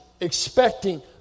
expecting